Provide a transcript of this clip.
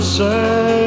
say